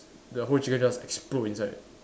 the whole chicken just explode inside